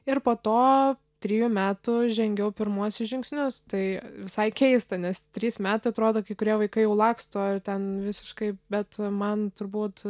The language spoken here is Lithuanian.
ir po to trijų metų žengiau pirmuosius žingsnius tai visai keista nes trys metai atrodo kai kurie vaikai jau laksto ir ten visiškai bet man turbūt